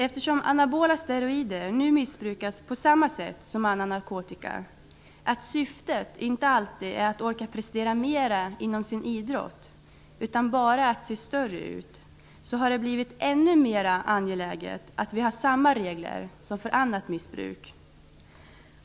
Eftersom anabola steroider nu missbrukas på samma sätt som annan narkotika, att syftet inte alltid är att orka prestera mera inom sin idrott utan bara att se större ut, har det blivit ännu mera angeläget att vi har samma regler som för annat missbruk.